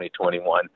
2021